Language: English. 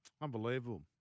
Unbelievable